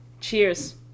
cheers